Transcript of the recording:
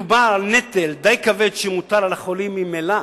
מדובר על נטל די כבד שמוטל על החולים ממילא,